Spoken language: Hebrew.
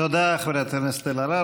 תודה, חברת הכנסת אלהרר.